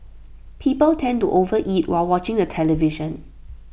people tend to overeat while watching the television